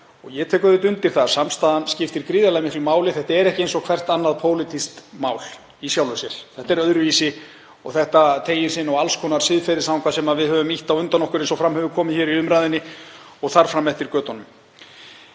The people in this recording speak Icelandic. Ég tek undir að samstaðan skiptir gríðarlega miklu máli. Þetta er ekki eins og hvert annað pólitískt mál í sjálfu sér. Þetta er öðruvísi, þetta teygir sig inn á alls konar siðferðisanga sem við höfum ýtt á undan okkur, eins og fram hefur komið í umræðunni, og þar fram eftir götunum.